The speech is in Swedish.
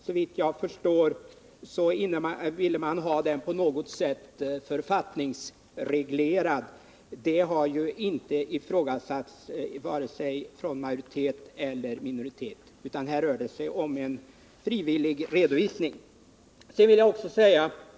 Såvitt jag förstår ville man på något sätt ha den reglerad i författning. Det har inte krävts av vare sig majoriteten eller minoriteten, utan här rör det sig om en frivillig redovisning.